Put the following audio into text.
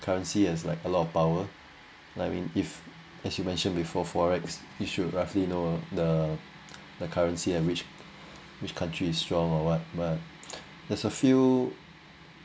currency as like a lot of power I mean if as you mentioned before FOREX you should roughly know ah the the currency and which which country is strong or what but there's a few